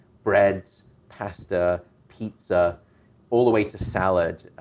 breads, pasta, pizza all the way to salad,